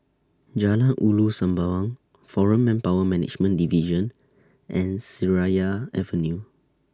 Jalan Ulu Sembawang Foreign Manpower Management Division and Seraya Avenue